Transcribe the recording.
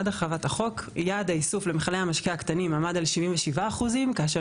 עד הרחבת החוק יעד האיסוף למכלי המשקה הקטנים עמד על 77% כאשר